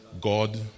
God